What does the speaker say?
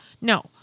No